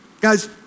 Guys